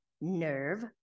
nerve